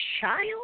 child